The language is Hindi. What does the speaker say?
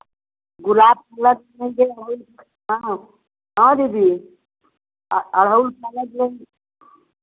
गुलाब का अलग लेंगे और हाँ हाँ दीदी गुड़हल का अलग लेंगे